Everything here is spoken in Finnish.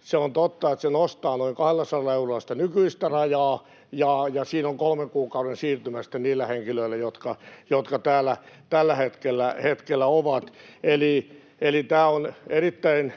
Se on totta, että se nostaa noin 200 eurolla nykyistä rajaa ja siinä on kolmen kuukauden siirtymä sitten niillä henkilöillä, jotka täällä tällä hetkellä ovat. Eli mielestäni tämä on erittäin